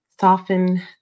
Soften